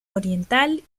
oriental